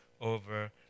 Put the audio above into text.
over